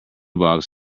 box